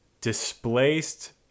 displaced